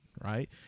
right